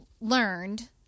learned